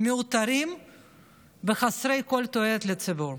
מיותרים וחסרי כל תועלת לציבור,